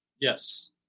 yes